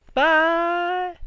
bye